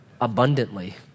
abundantly